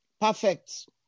perfect